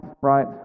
right